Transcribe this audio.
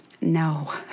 no